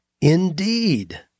Indeed